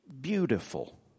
beautiful